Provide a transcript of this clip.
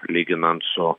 lyginant su